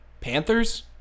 Panthers